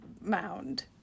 mound